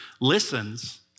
listens